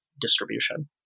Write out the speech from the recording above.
distribution